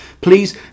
Please